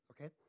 okay